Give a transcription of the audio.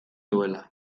duela